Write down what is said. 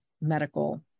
medical